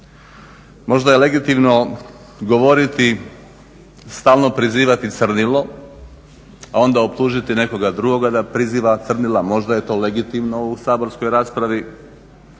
možda je legitimno govoriti stalno prizivati crnilo, a onda optužiti nekoga drugoga da priziva crnilo. Možda je to legitimno u ovoj saborskoj raspravi.